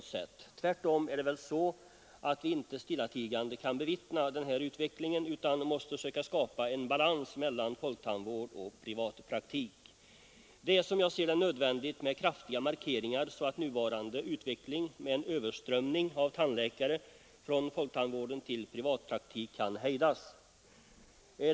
Tvärtom är det väl så att vi inte stillatigande kan bevittna den här utvecklingen utan måste söka skapa en balans mellan folktandvård och privatpraktik. Det är, som jag ser det, nödvändigt med kraftiga markeringar så att nuvarande utveckling med en överströmning av tandläkare från folktandvården till privatpraktik kan hejdas.